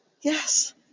Yes